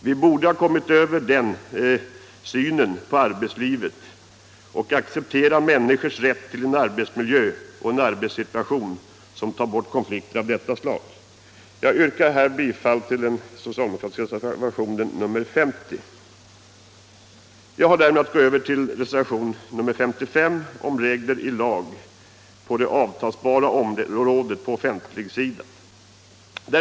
Vi borde ha kommit ifrån den synen på arbetslivet och acceptera människors rätt till en arbetsmiljö och en arbetssituation som tar bort konflikter av detta slag. Jag yrkar bifall till den socialdemokratiska reservationen 50. Jag har därmed att gå över till reservationen 55 om regler i lag på det avtalsbara området på offentligsidan.